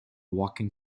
walking